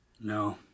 No